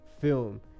film